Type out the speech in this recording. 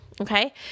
okay